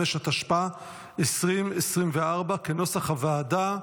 45), התשפ"ה 2024, כנוסח הוועדה.